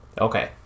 Okay